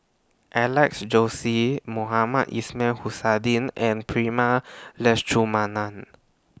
Alex Josey Mohamed Ismail and Prema Letchumanan